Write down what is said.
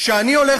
כשאני הולך